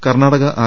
Karnataka R